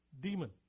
demon